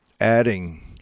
adding